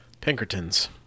Pinkertons